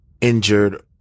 injured